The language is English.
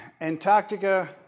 Antarctica